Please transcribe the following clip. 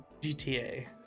GTA